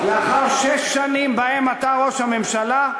לאחר שש שנים שבהן אתה ראש הממשלה,